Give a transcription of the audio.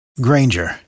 Granger